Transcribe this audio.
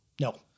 No